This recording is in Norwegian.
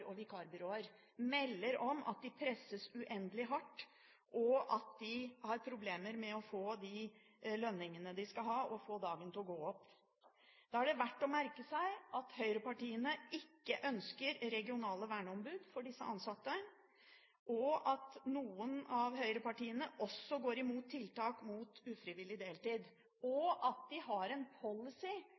og vikarbyråer, melder om at de presses uendelig hardt, at de har problemer med å få de lønningene de skal ha, og til å få dagen til å gå opp. Da er det verdt å merke seg at høyrepartiene ikke ønsker regionale verneombud for disse ansatte, og at noen av høyrepartiene også går mot tiltak når det gjelder ufrivillig deltid – og at de har en